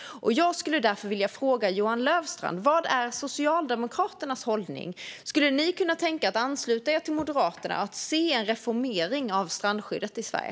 Jag skulle därför vilja fråga Johan Löfstrand: Vad är Socialdemokraternas hållning? Skulle ni kunna tänka er att ansluta er till Moderaterna och se en reformering av strandskyddet i Sverige?